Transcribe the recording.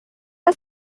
are